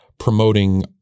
promoting